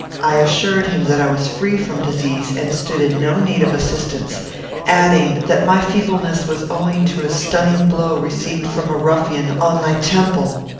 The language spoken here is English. i assured him that i was free from disease, and stood in no need of assistance adding, that my feebleness was owing to a stunning blow received from a ruffian on my temple.